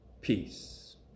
Peace